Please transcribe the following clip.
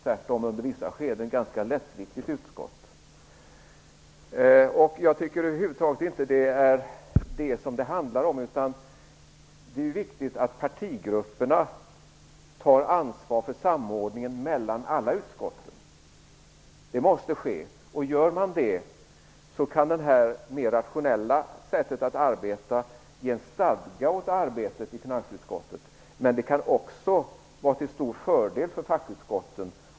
Tvärtom var det under vissa skeden ett ganska lättviktigt utskott. Jag tycker över huvud taget inte att det handlar om det här. Det är viktigt att partigrupperna tar ansvar för samordningen mellan alla utskott. Om de gör det kan detta mer rationella sätt att arbeta ge en stadga åt arbetet i finansutskottet. Det kan också vara till stor fördel för fackutskotten.